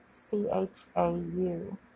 C-H-A-U